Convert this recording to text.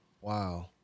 Wow